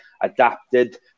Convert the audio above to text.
adapted